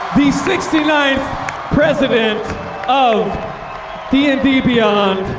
the sixty ninth president of d and d beyond.